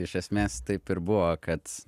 iš esmės taip ir buvo kad